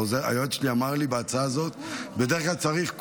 היועץ שלי אמר לי בהצעה הזאת: בדרך כלל צריך,